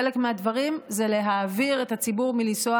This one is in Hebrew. חלק מהדברים זה להעביר את הציבור מלנסוע